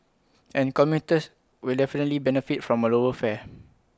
and commuters will definitely benefit from A lower fare